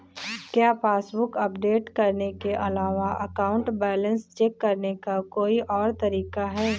क्या passbook update करने के अलावा अकाउंट बैलेंस चेक करने का कोई और तरीका है?